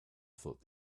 thought